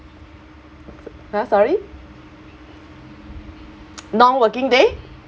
!huh! sorry non-working day